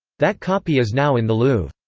that copy is now in the louvre.